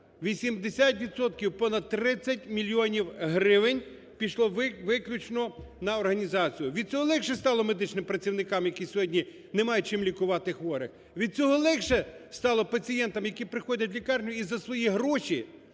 понад 30 мільйонів гривень пішло виключно на організацію! Від цього легше стало медичним працівникам, які сьогодні не мають чим лікувати хворих? Від цього легше стало пацієнтам, які приходять у лікарню і за свої гроші